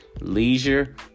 leisure